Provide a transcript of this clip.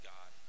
God